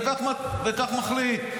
וכך מחליט.